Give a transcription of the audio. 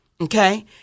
Okay